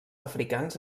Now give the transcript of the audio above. africans